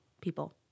People